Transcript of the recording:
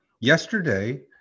Yesterday